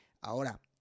Ahora